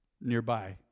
nearby